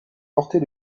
porter